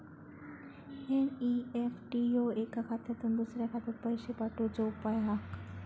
NEFT ह्यो एका खात्यातुन दुसऱ्या खात्यात पैशे पाठवुचो उपाय हा